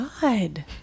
god